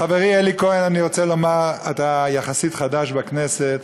לחברי אלי כהן אני רוצה לומר: אתה יחסית חדש בכנסת,